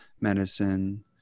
medicine